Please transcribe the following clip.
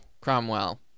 Cromwell